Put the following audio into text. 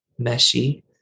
Meshi